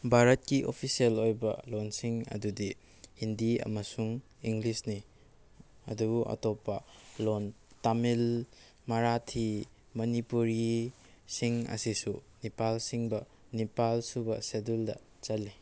ꯚꯥꯔꯠꯀꯤ ꯑꯣꯐꯤꯁꯦꯜ ꯑꯣꯏꯕ ꯂꯣꯟꯁꯤꯡ ꯑꯗꯨꯗꯤ ꯍꯤꯟꯗꯤ ꯑꯃꯁꯨꯡ ꯏꯪꯂꯦꯁꯅꯤ ꯑꯗꯨꯕꯨ ꯑꯇꯣꯞꯄ ꯂꯣꯟ ꯇꯥꯃꯤꯜ ꯃꯥꯔꯥꯊꯤ ꯃꯅꯤꯄꯨꯔꯤꯁꯤꯡ ꯑꯁꯤꯁꯨ ꯅꯤꯄꯥꯜ ꯁꯨꯕ ꯅꯤꯄꯥꯜ ꯁꯨꯕ ꯁꯦꯗꯨꯜꯗ ꯆꯜꯂꯤ